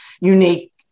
unique